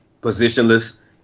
positionless